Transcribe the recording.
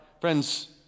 Friends